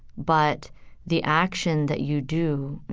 but the action that you do. you